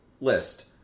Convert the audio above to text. list